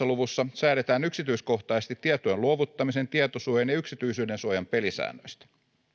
luvussa säädetään yksityiskohtaisesti tietojen luovuttamisen tietosuojan ja yksityisyydensuojan pelisäännöistä